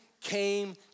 came